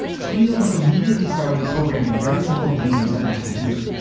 sweeney almost immediately started programming very simple games and that computer.